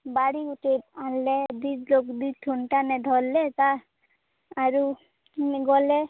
ବାଡ଼ି ଗୁଟେ ଆଣଲେ ଦୁଇ ଲୋକ ଦୁଇ ଥୁଣ୍ଟା ନେ ଧଇଲେ ତା ଆରୁ ଗଲେ